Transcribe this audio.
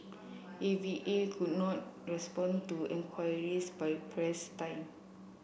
A V A could not respond to in queries by press time